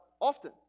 often